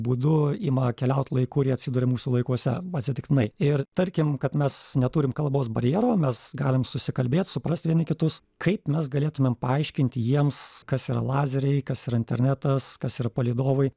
būdu ima keliaut laiku ir jie atsiduria mūsų laikuose atsitiktinai ir tarkim kad mes neturim kalbos barjero mes galim susikalbėt suprast vieni kitus kaip mes galėtumėm paaiškint jiems kas yra lazeriai kas yra internetas kas yra palydovai